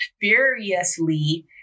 Furiously